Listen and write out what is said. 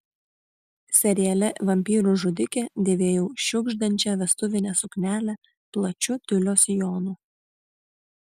seriale vampyrų žudikė dėvėjau šiugždančią vestuvinę suknelę plačiu tiulio sijonu